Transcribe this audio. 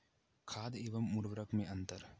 खाद एवं उर्वरक में अंतर?